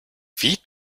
wie